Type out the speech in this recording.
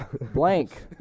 blank